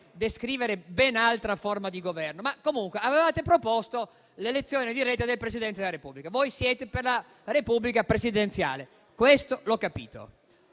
descrivere una ben altra forma di governo. Comunque avevate proposto l'elezione diretta del Presidente della Repubblica: voi siete per la Repubblica presidenziale e questo l'ho capito.